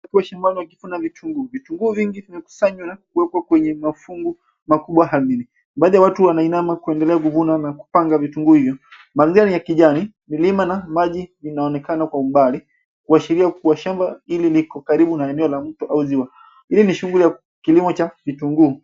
Huku shambani wakichuna vitunguu. Vitunguu vingi vimekusanywa kuwekwa kwenye mafungu makubwa hamili. Baadhi ya watu wanainama kuendelea kuvuna na kupanga vitunguu hivyo. Mandhari ya kijani, milima na maji zinaonekana kwa umbali kuashiria kuwa shamba hili liko karibu na eneo la mto au ziwa .Hii ni shughuli ya kilimo cha kitunguu.